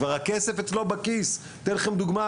כשהכסף כבר אצלו בכיס אתן לכם דוגמה,